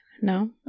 No